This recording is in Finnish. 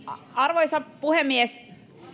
arvoisa puhemies